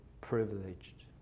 privileged